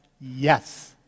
yes